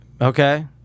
Okay